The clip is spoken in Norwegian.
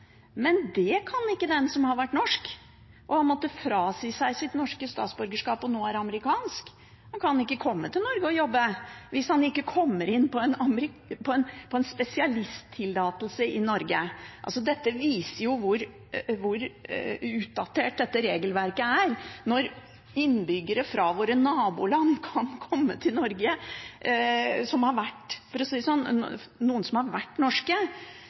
men det kan ikke den som har vært norsk og har måttet frasi seg sitt norske statsborgerskap og nå er amerikansk. Han kan ikke komme til Norge og jobbe hvis han ikke kommer inn på spesialisttillatelse i Norge. Dette viser jo hvor utdatert dette regelverket er, når innbyggere fra våre naboland kan komme til Norge, mens noen som har vært norske, ikke kan komme tilbake til Norge for å jobbe i Norge, med utdannelsen de har